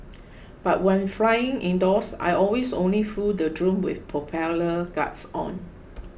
but when flying indoors I always only flew the drone with propeller guards on